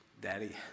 Daddy